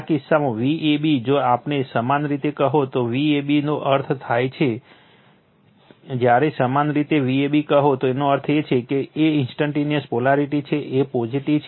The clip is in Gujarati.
આ કિસ્સામાં Vab જો જ્યારે સમાન રીતે કહો તો Vab નો અર્થ થાય છે જ્યારે સમાન રીતે Vab કહો તેનો અર્થ એ છે કે a ઈન્સ્ટંટેનીઅસ પોલારિટી છે a પોઝિટીવ છે